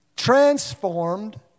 transformed